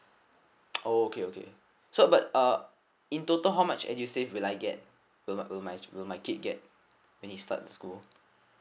oh okay okay so but uh in total how much edusave will I get will my will my kid get when he start school